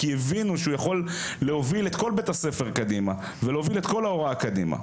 כי הבינו שהוא יכול להוביל את בית הספר קדימה ולהוביל את ההוראה קדימה.